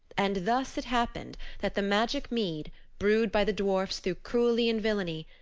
and thus it happened that the magic mead, brewed by the dwarfs through cruelty and villainy,